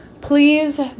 please